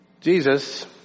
Jesus